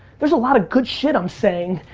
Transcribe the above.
there's a lot of good shit i'm saying.